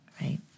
right